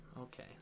Okay